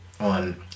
on